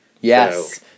Yes